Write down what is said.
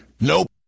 Nope